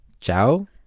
Ciao